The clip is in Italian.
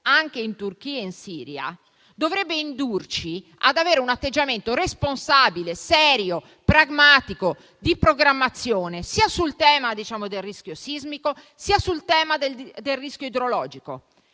anche in Turchia e in Siria dovrebbe indurci ad avere un atteggiamento responsabile, serio, pragmatico e di programmazione, sul tema del rischio sia sismico sia idrogeologico.